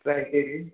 packaging